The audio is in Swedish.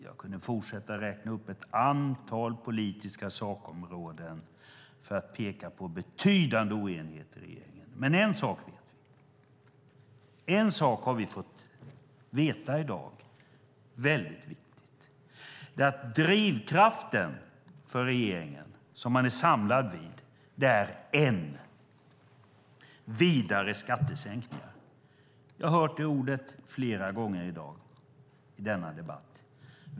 Jag kunde fortsätta räkna upp ett antal politiska sakområden för att peka på betydande oenigheter i regeringen. En sak har vi fått veta i dag, och den är väldigt viktig, att drivkraften som regeringen är samlad vid är vidare skattesänkningar. Jag har hört de orden flera gånger i dag i denna debatt.